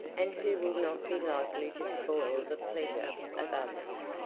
and who will not be likely to spoil the pleasure of others.